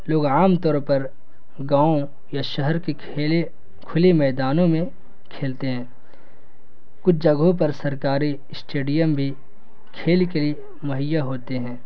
لوگ عام طور پر گاؤں یا شہر کے کھیلیں کھلی میدانوں میں کھیلتے ہیں کچھ جگہوں پر سرکاری اسٹیڈیم بھی کھیل کے لیے مہیا ہوتے ہیں